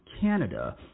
Canada